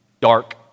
dark